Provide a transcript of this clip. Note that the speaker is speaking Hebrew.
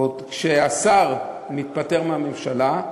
כשהשר מתפטר מהממשלה,